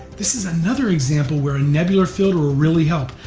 this is another example where a nebular filter will really help,